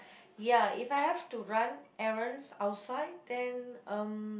ya if I have to run errands outside then um